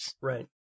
Right